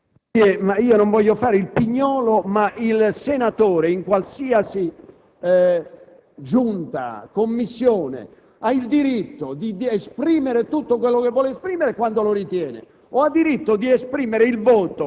Non voglio fare il pignolo, ma un senatore in qualsiasi Giunta o Commissione ha il diritto di esprimere quello che vuole, quando lo ritiene,